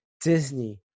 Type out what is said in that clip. Disney